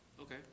Okay